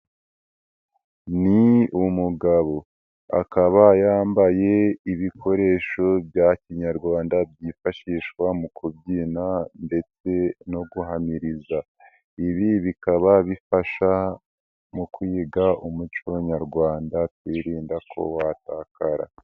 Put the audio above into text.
Ni umugabo akaba yambaye ibikoresho bya kinyarwanda byifashishwa mu kubyina ndetse no guhamiriza, ibi bikaba bifasha mu kwiga umuco nyarwanda kwirinda ko watakara.